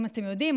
אתם יודעים,